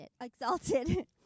exalted